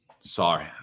Sorry